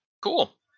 Cool